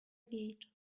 gate